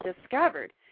discovered